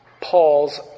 Paul's